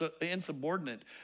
insubordinate